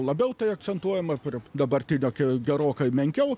labiau tai akcentuojama prie dabartinio kiek gerokai menkiau